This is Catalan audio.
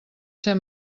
ser